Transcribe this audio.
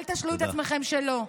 אל תשלו את עצמכם שלא.